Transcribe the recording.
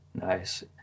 Nice